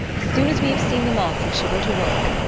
as soon as we have seen them off we shall go to work.